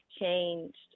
changed